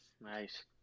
Nice